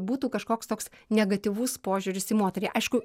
būtų kažkoks toks negatyvus požiūris į moterį aišku